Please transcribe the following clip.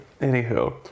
Anywho